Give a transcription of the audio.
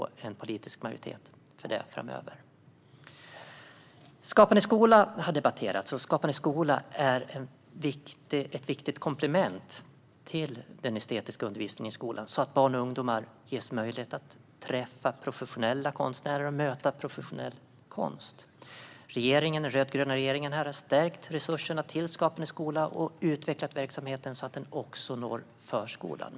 Skapande skola har debatterats. Skapande skola är ett viktigt komplement till den estetiska undervisningen i skolan så att barn och ungdomar ges möjlighet att träffa professionella konstnärer och möta professionell konst. Den rödgröna regeringen har stärkt resurserna till Skapande skola och utvecklat verksamheten så att den också når förskolan.